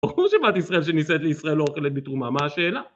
ברור שבת ישראל שנישאת לישראל לא אוכלת בתרומה, מה השאלה?